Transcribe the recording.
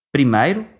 Primeiro